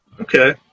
Okay